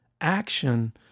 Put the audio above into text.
action